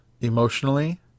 emotionally